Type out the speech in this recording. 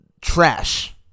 Trash